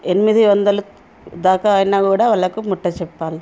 ఎనిమిది వందలు దాకా అయినా కూడా వాళ్ళకు ముట్ట చెప్పాలి